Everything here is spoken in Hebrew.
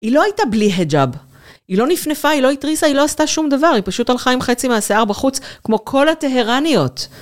היא לא הייתה בלי חיג'אב, היא לא נפנפה, היא לא התריסה, היא לא עשתה שום דבר, היא פשוט הלכה עם חצי מהשיער בחוץ, כמו כל הטהרניות.